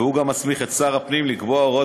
וגם מסמיך את שר הפנים לקבוע הוראות